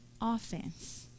offense